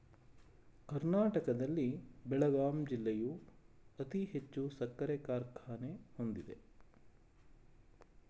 ಕರ್ನಾಟಕದಲ್ಲಿ ಬೆಳಗಾಂ ಜಿಲ್ಲೆಯು ಅತಿ ಹೆಚ್ಚು ಸಕ್ಕರೆ ಕಾರ್ಖಾನೆ ಹೊಂದಿದೆ